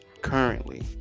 currently